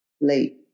Late